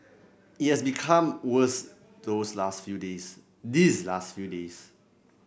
it has become worse those last few days these last few days